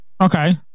Okay